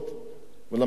ולמדנו בישיבות.